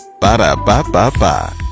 Ba-da-ba-ba-ba